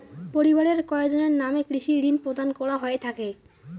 পরিবারের কয়জনের নামে কৃষি ঋণ প্রদান করা হয়ে থাকে?